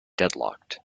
deadlocked